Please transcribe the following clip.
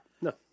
No